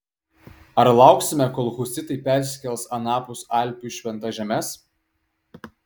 ar lauksime kol husitai persikels anapus alpių į šventas žemes